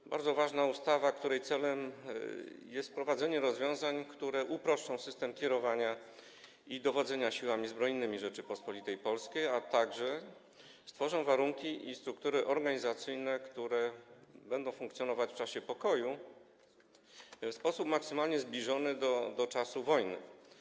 To bardzo ważna ustawa, której celem jest wprowadzenie rozwiązań, które uproszczą system kierowania i dowodzenia Siłami Zbrojnymi Rzeczypospolitej Polskiej, a także stworzą warunki i struktury organizacyjne, które będą funkcjonować w czasie pokoju w sposób maksymalnie zbliżony do czasu wojny.